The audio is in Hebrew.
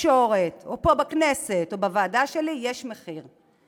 או פה בכנסת, או בוועדה שלי, יש מחיר.